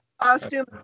Costume